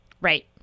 right